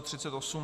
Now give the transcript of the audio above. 38.